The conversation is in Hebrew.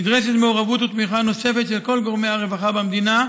נדרשת מעורבות ותמיכה נוספת של כל גורמי הרווחה במדינה,